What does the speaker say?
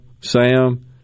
Sam